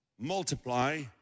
multiply